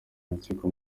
rukiko